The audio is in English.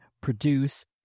produce